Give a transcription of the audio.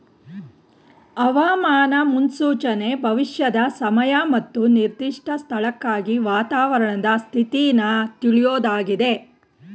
ಹವಾಮಾನ ಮುನ್ಸೂಚನೆ ಭವಿಷ್ಯದ ಸಮಯ ಮತ್ತು ನಿರ್ದಿಷ್ಟ ಸ್ಥಳಕ್ಕಾಗಿ ವಾತಾವರಣದ ಸ್ಥಿತಿನ ತಿಳ್ಯೋದಾಗಿದೆ